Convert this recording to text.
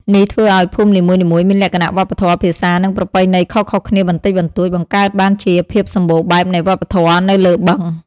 នេះធ្វើឱ្យភូមិនីមួយៗមានលក្ខណៈវប្បធម៌ ភាសា និងប្រពៃណីខុសៗគ្នាបន្តិចបន្តួច បង្កើតបានជាភាពសម្បូរបែបនៃវប្បធម៌នៅលើបឹង។